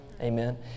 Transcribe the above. amen